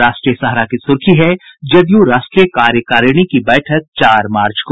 राष्ट्रीय सहारा की सुर्खी है जदयू राष्ट्रीय कार्यकारिणी की बैठक चार मार्च को